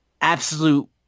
absolute